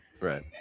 right